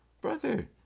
brother